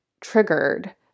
triggered